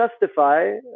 justify